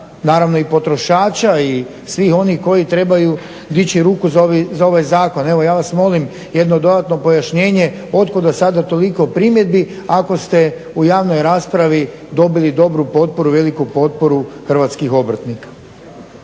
naravno i potrošača i svih onih koji trebaju dići ruku za ovaj zakon. Evo ja vas molim jedno dodatno pojašnjenje, otkud vam sada toliko primjedbi ako ste u javnoj raspravi dobili dobru potporu i veliku potporu hrvatskih obrtnika.